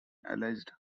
alleged